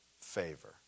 favor